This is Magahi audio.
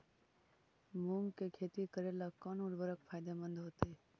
मुंग के खेती करेला कौन उर्वरक फायदेमंद होतइ?